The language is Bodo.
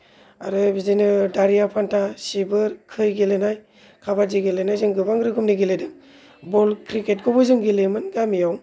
आरो बिदिनो दारिया फान्था सिबोर खै गेलेनाय काबादि गेलेनाय जों गोबां रोखोमनि गेलेदों बल क्रिकेटखौबो जों गेलेयोमोन गामियाव